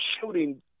shooting